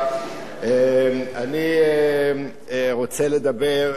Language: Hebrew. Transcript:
אני רוצה לדבר כמה דקות,